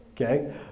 okay